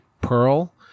Pearl